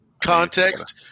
context